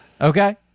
Okay